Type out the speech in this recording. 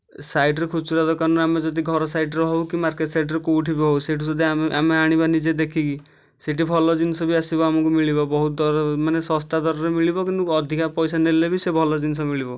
ସାଇଡ଼୍ର ଖୁଚୁରା ଦୋକାନରୁ ଆମେ ଯଦି ଘର ସାଇଡ଼୍ରୁ ହେଉ କି ମାର୍କେଟ ସାଇଡ୍ରୁ କେଉଁଠାରୁ ବି ହେଉ ସେଠୁ ଯଦି ଆମେ ଆଣିବା ନିଜେ ଦେଖିକି ସେ'ଠି ଭଲ ଜିନିଷ ବି ଆସିବ ଆମକୁ ମିଳିବ ବହୁତ ଦର ମାନେ ଶସ୍ତା ଦରରେ ମିଳିବ କିନ୍ତୁ ଅଧିକା ପଇସା ନେଲେ ବି ସେ ଭଲ ଜିନିଷ ମିଳିବ